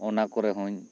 ᱚᱱᱟ ᱠᱚᱨᱮᱦᱚᱧ